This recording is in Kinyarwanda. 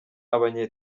abanye